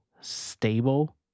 stable